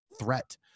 threat